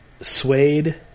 suede